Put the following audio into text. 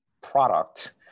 product